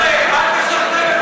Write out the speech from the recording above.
תציין את זה,